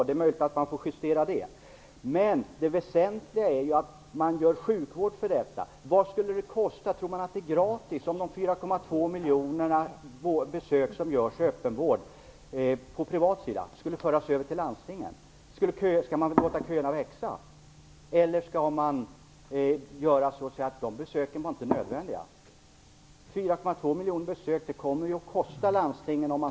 Det är möjligt att man skall justera den, men det väsentliga är ju att det resulterar i sjukvård. Tror man att det skulle vara gratis, om de 4,2 miljoner besök som görs i öppenvård på den privata sidan skulle föras över till landstingen? Skall man låta köerna växa eller anser man att dessa besök inte var nödvändiga? Om landstingen skall ta över 4,2 miljoner besök, så kommer det ju att kosta för landstingen.